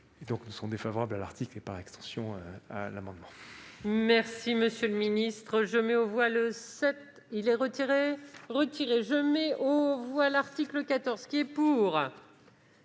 nous sommes défavorables à l'article 14 et, par extension, à l'amendement